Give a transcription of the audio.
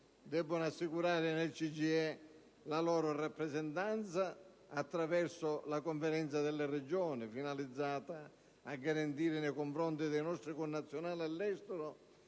devono assicurare nel CGIE la loro rappresentanza, attraverso la Conferenza delle Regioni, finalizzata a garantire nei confronti dei nostri connazionali all'estero